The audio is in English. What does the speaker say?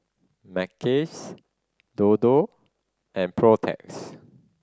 Mackays Dodo and Protex